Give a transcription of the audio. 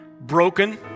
broken